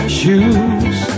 shoes